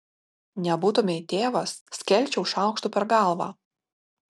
nebūtumei tėvas skelčiau šaukštu per galvą